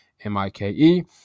M-I-K-E